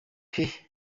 peeee